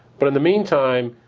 but in the meantime,